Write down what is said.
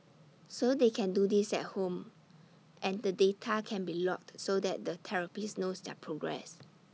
so they can do this at home and the data can be logged so that the therapist knows their progress